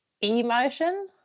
Emotion